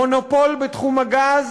מונופול בתחום הגז,